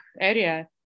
area